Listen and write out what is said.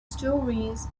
stories